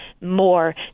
more